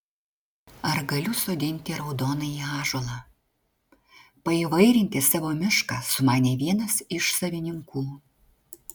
ar galiu sodinti raudonąjį ąžuolą paįvairinti savo mišką sumanė vienas iš savininkų